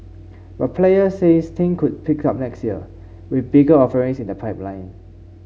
but players say things could pick up next year with bigger offerings in the pipeline